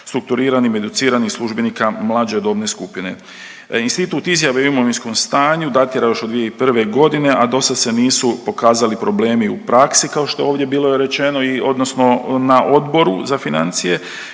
strukturiranim, educiranih službenika mlađe dobne skupine. Institut izjave o imovinskom stanju datira još od 2001. godine, a do sad se nisu pokazali problemi u praksi kao što je ovdje bilo rečeno, odnosno na Odboru za financije